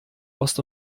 ost